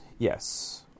Yes